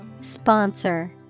Sponsor